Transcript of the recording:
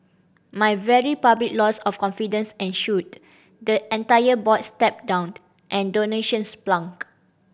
my very public loss of confidence ensued the entire board stepped down and donations plunged